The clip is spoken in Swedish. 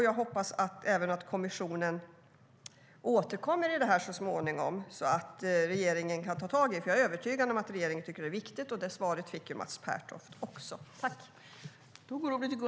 Jag hoppas att kommissionen återkommer angående det här så småningom så att regeringen kan ta tag i det, för jag är övertygad om att regeringen tycker att det är viktigt, och det svaret fick ju Mats Pertoft också.